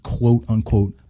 quote-unquote